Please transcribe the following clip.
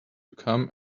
come